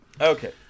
Okay